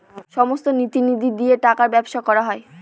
সমস্ত নীতি নিধি দিয়ে টাকার ব্যবসা করা হয়